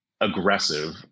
aggressive